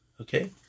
Okay